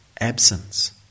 absence